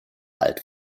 alt